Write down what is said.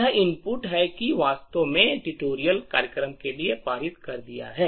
यह इनपुट है कि वास्तव में ट्यूटोरियल कार्यक्रम के लिए पारित कर दिया है